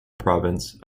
province